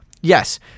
yes